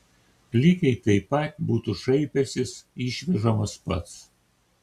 lygiai taip pat būtų šaipęsis išvežamas pats